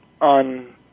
on